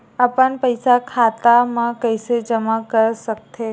अपन पईसा खाता मा कइसे जमा कर थे?